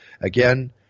Again